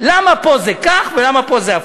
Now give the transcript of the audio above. למה פה זה כך ולמה פה זה הפוך.